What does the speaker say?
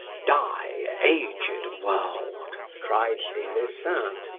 die, aged world! cried des esseintes,